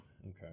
Okay